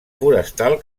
forestal